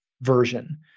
version